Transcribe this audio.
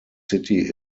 city